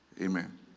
amen